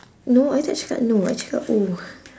no I thought actually got no I actually got two